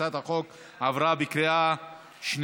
הצעת החוק עברה בקריאה שנייה.